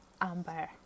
amber